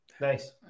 Nice